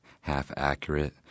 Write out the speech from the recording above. half-accurate